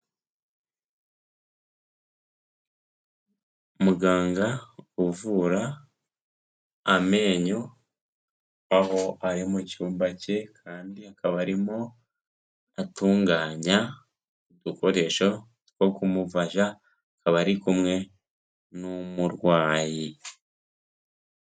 Muganga uvura amenyo aho ari mu cyumba cye kandi akaba arimo atunganya udukoresho two kumufasha akaba ari kumwe n'umurwayi.